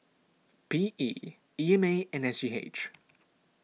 P E E M A and S G H